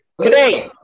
today